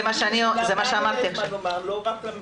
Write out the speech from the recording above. גם לנו יש מה לומר, לא רק למטפלים.